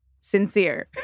Sincere